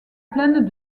plaine